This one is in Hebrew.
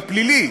הפלילי,